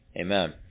Amen